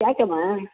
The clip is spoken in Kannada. ಯಾಕಮ್ಮ